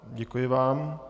Děkuji vám.